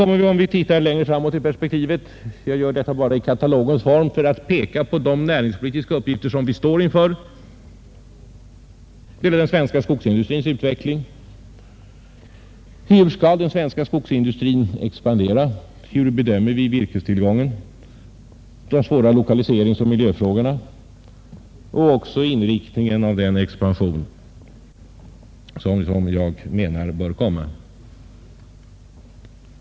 Om vi ser längre framåt i perspektiven — jag gör det i katalogens form för att peka på de näringspolitiska uppgifter som vi står inför — frågar man sig, hur den svenska skogsindustrin skall expandera. Hur bedömer vi virkestillgången? Hur löser vi de svåra lokaliseringsoch miljöproblemen? Hur bestämmer vi inriktningen av den expansion som jag anser bör komma?